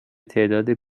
تعداد